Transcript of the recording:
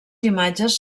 imatges